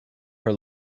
her